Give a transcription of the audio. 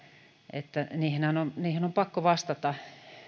että niihin on niihin on pakko vastata